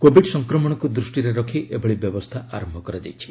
Covid ସଂକ୍ରମଣକୁ ଦୃଷ୍ଟିରେ ରଖି ଏଭଳି ବ୍ୟବସ୍ଥା ଆରମ୍ଭ କରାଯାଇଛି